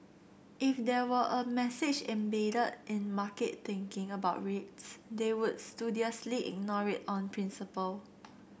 if there were a message embedded in market thinking about rates they would studiously ignore it on principle